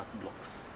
blocks